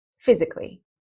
physically